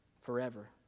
forever